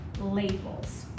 labels